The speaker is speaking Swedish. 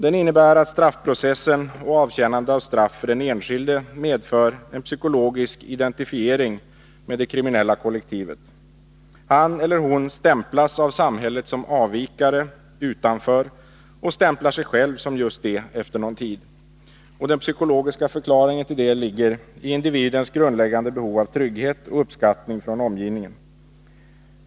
Den innebär att straffprocessen och avtjänande av straff för den enskilde medför en psykologisk identifiering med det kriminella kollektivet. Han eller hon stämplas av samhället som avvikare, ”utanför”, och stämplar sig själv som just detta efter någon tid. Den psykologiska förklaringen härtill ligger i individens grundläggande behov av trygghet och uppskattning från omgivningen.